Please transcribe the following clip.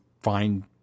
find